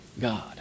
God